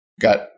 got